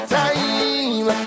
time